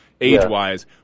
age-wise